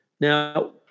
Now